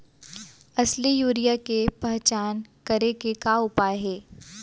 असली यूरिया के पहचान करे के का उपाय हे?